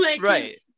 Right